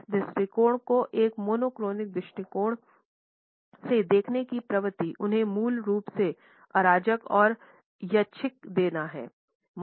इस दृष्टिकोण को एक मोनोक्रोनिक दृष्टिकोण से देखने की प्रवृत्ति उन्हें मूल रूप से अराजक या यादृच्छिक देखना है